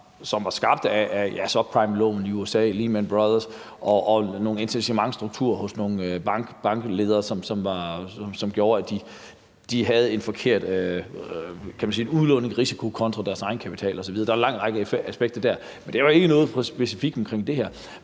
som var skabt af subprimelån i USA, Lehman Brothers og nogle incitamentsstrukturer hos nogle bankledere, som gjorde, at de havde en forkert udlånsrisiko kontra deres egenkapital osv. Der er en lang række aspekter der, men det er jo ikke noget specifikt i forhold til det her.